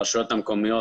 לקשויות המקומיות,